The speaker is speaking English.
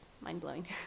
mind-blowing